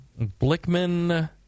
Blickman